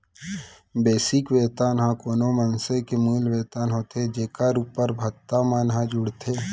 basic वेतन ह कोनो मनसे के मूल वेतन होथे जेखर उप्पर भत्ता मन ह जुड़थे